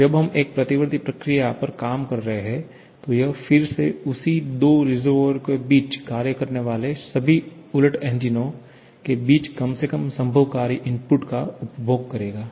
और जब हम एक प्रतिवर्ती प्रक्रिया पर काम कर रहे हैं तो यह फिर से उसी दो रिसर्वोयर के बीच कार्य करने वाले सभी उलट इंजनों के बीच कम से कम संभव कार्य इनपुट का उपभोग करेगा